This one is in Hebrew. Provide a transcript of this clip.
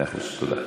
מאה אחוז, תודה.